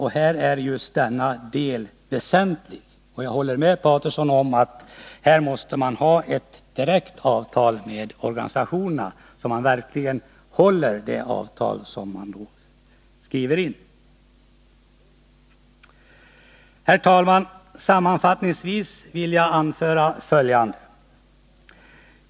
Här är just denna del väsentlig, och jag håller med om att man måste ha ett direkt avtal med organisationerna. Herr talman! Sammanfattningsvis vill jag anföra följande.